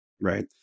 Right